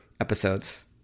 episodes